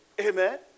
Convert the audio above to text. Amen